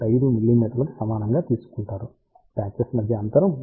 5 మిమీకి సమానంగా తీసుకుంటారు పాచెస్ మధ్య అంతరం 2